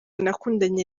nakundanye